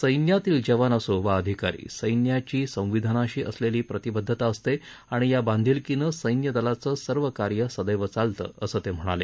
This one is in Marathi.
सैन्यातील जवान असो वा अधिकारी सैन्याची संविधानाशी प्रतिबद्धता असते आणि या बांधिलकीनं सैन्यदलाचे सर्व कार्य सदैव चालते असं ते म्हणाले